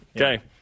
Okay